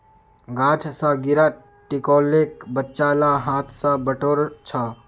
गाछ स गिरा टिकोलेक बच्चा ला हाथ स बटोर छ